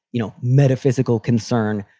you know, metaphysical concern,